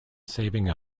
saving